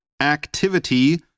activity